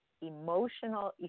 emotional